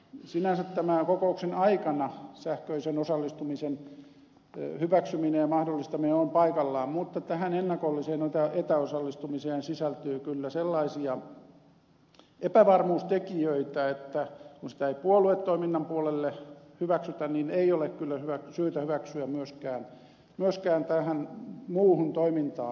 sinänsä kokouksen aikana sähköisen osallistumisen hyväksyminen ja mahdollistaminen on paikallaan mutta tähän ennakolliseen etäosallistumiseen sisältyy kyllä sellaisia epävarmuustekijöitä että kun sitä ei puoluetoiminnan puolelle hyväksytä niin ei ole kyllä syytä hyväksyä myöskään muuhun toimintaan